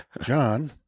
John